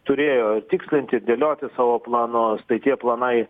turėjo tikslinti ir dėlioti savo planus tai tie planai